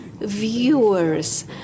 viewers